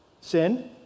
sin